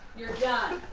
you're done.